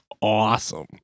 awesome